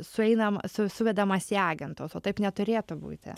sueinam su suvedamas į agentus o taip neturėtų būti